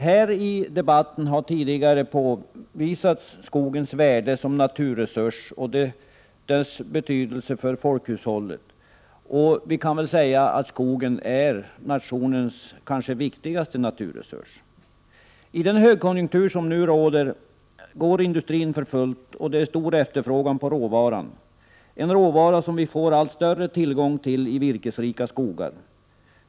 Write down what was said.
Här i debatten har tidigare påpekats skogens värde som naturresurs och dess betydelse för folkhushållet. Man kan säga att skogen är nationens kanske viktigaste naturresurs. I den högkonjunktur som nu råder går industrin för fullt och det är stor efterfrågan på råvaran — en råvara som vi får allt större tillgång till i virkesrika skogar.